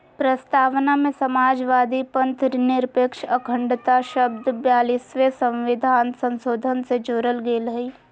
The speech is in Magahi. प्रस्तावना में समाजवादी, पथंनिरपेक्ष, अखण्डता शब्द ब्यालिसवें सविधान संशोधन से जोरल गेल हइ